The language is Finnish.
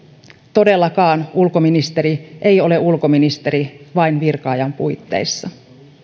todellakaan ulkoministeri ei ole ulkoministeri vain virka ajan puitteissa